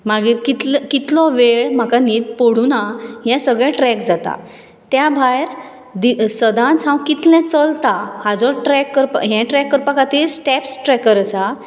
मागीर कितले कितलो वेळ म्हाका न्हीद पडना हें सगळें ट्रेक जाता त्या भायर दी सदांच हांव कितलें चलतां हाजो ट्रेक हें ट्रेक करपा खातीर स्टेप्स ट्रेकर आसा